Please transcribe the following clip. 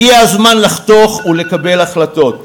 הגיע הזמן לחתוך ולקבל החלטות.